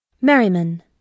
merriman